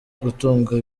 gutunga